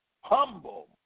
Humble